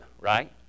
right